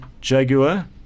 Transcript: Jaguar